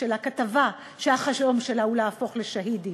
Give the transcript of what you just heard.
שלה כתבה שהחלום שלה הוא להפוך לשהידית.